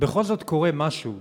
בכל זאת קורה משהו.